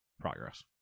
Progress